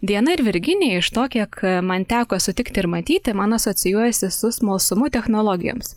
diana ir virginija iš to kiek man teko sutikti ir matyti man asocijuojasi su smalsumu technologijoms